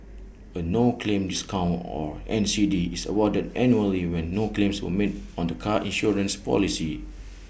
A no claim discount or N C D is awarded annually when no claims were made on the car insurance policy